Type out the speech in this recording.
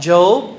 Job